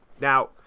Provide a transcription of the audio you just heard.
Now